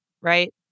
right